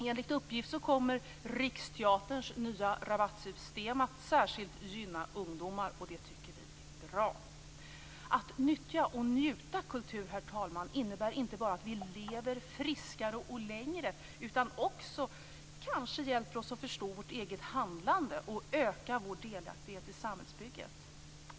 Enligt uppgift kommer Riksteaterns nya rabattsystem att särskilt gynna ungdomar, och det tycker vi är bra. Att nyttja och njuta av kultur innebär inte bara att vi lever friskare och längre utan också kanske hjälper det oss att förstå vårt eget handlande och öka vår delaktighet i samhällsbygget.